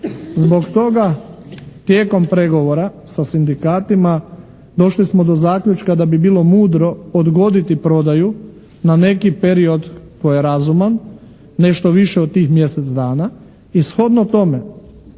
Zbog toga tijekom pregovora sa sindikatima došli smo do zaključka da bi bilo mudro odgoditi prodaju na neki period koji je razuman, nešto više od tih mjesec dana i shodno tome